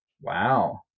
Wow